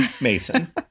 Mason